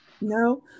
No